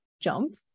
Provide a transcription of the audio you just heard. jump